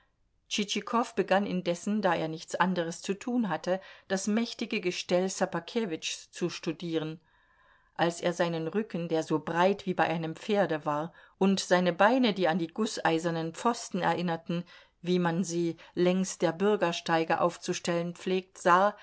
begann indessen da er nichts anderes zu tun hatte das mächtige gestell ssobakewitschs zu studieren als er seinen rücken der so breit wie bei einem pferde war und seine beine die an die gußeisernen pfosten erinnerten wie man sie längs der bürgersteige aufzustellen pflegt sah